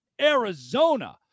Arizona